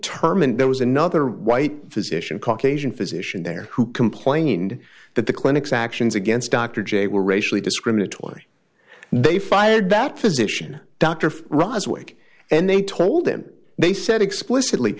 term and there was another white physician caucasian physician there who complained that the clinics actions against dr j were racially discriminatory they fired that physician dr ross wake and they told him they said explicitly